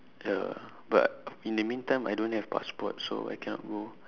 ya but in the meantime I don't have passport so I cannot go